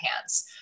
hands